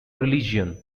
religion